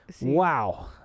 Wow